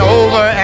over